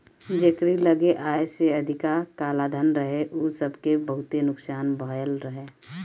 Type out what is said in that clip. जेकरी लगे आय से अधिका कालाधन रहे उ सबके बहुते नुकसान भयल रहे